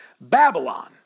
Babylon